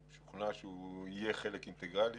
אני משוכנע שהוא יהיה חלק אינטגרלי.